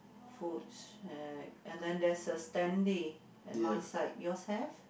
food shack and then there's a standy at my side yours have